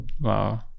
Wow